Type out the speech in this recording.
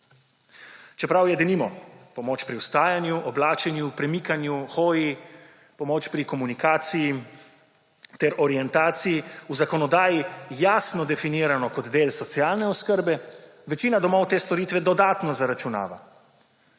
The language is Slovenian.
čeprav je denimo, pomoč pri ostajanju, oblačenju, premikanju, hoji, pomoč pri komunikaciji ter orientaciji v zakonodaji jasno definirano kot del socialne oskrbe, večina domov te storitve dodatno zaračunava.